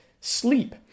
sleep